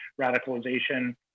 radicalization